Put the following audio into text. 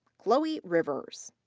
chloe rivers.